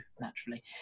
naturally